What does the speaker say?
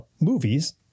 movies